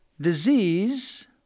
disease